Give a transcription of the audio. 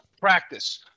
practice